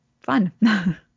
fun